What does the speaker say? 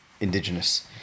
indigenous